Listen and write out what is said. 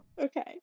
Okay